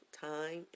time